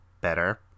better